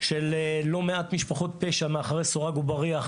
של לא מעט משפחות פשע מאחורי סורג ובריח,